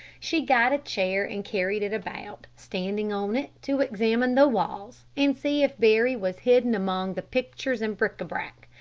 she got a chair and carried it about, standing on it to examine the walls, and see if barry was hidden among the pictures and bric-a-brac.